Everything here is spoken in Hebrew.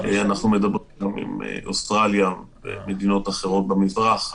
אנחנו מדברים גם עם אוסטרליה ועם מדינות אחרות במזרח.